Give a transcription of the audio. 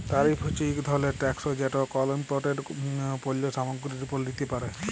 তারিফ হছে ইক ধরলের ট্যাকস যেট কল ইমপোর্টেড পল্য সামগ্গিরির উপর লিতে পারে